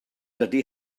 dydy